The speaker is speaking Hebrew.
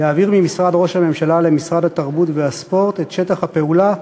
להעביר ממשרד ראש הממשלה למשרד התרבות והספורט את שטח הפעולה: